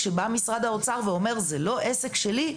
כשבא משרד האוצר ואומר זה לא עסק שלי,